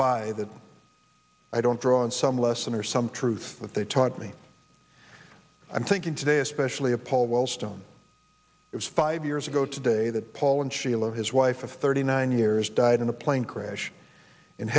by that i don't throw in some lesson or some truth that they taught me i'm thinking today especially of paul wellstone it's five years ago today that paul and sheila his wife of thirty nine years died in a plane crash in